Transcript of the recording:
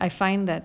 like I find that